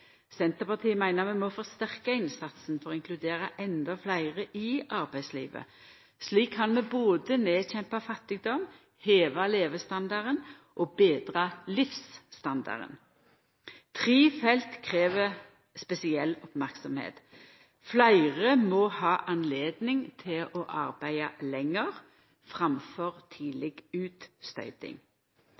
Senterpartiet meiner vi må forsterka innsatsen for å inkludera endå fleire i arbeidslivet. Slik kan vi både nedkjempa fattigdom, heva levestandarden og betra livsstandarden. Tre felt krev spesiell merksemd. Fleire må ha høve til å arbeida lenger framfor tidlig utstøyting.